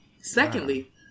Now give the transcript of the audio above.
secondly